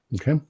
Okay